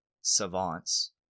savants